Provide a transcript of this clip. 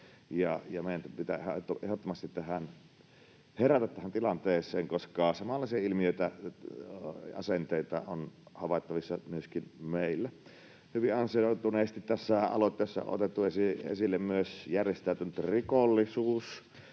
Meidän pitää ehdottomasti herätä tähän tilanteeseen, koska samanlaisia ilmiöitä ja asenteita on havaittavissa myöskin meillä. Hyvin ansioituneesti tässä aloitteessa on otettu esille myös järjestäytynyt rikollisuus,